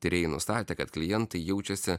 tyrėjai nustatė kad klientai jaučiasi